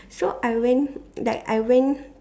so I went like I went